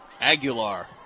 Aguilar